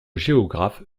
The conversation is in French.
géographe